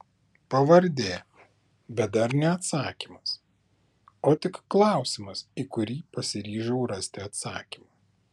pavardė bet dar ne atsakymas o tik klausimas į kurį pasiryžau rasti atsakymą